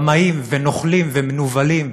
רמאים ונוכלים ומנוולים